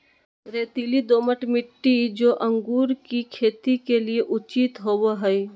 रेतीली, दोमट मिट्टी, जो अंगूर की खेती के लिए उचित होवो हइ